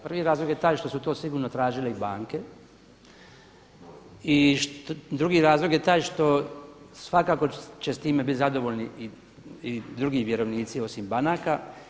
Prvi razlog je taj što su to sigurno tražile i banke i drugi razlog je taj što svakako će s time biti zadovoljni i drugi vjerovnici osim banaka.